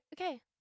okay